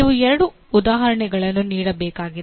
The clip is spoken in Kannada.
ನೀವು ಎರಡು ಉದಾಹರಣೆಗಳನ್ನು ನೀಡಬೇಕಾಗಿದೆ